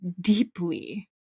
deeply